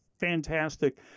fantastic